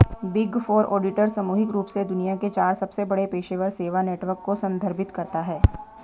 big four auditor सामूहिक रूप से दुनिया के चार सबसे बड़े पेशेवर सेवा नेटवर्क को संदर्भित करता है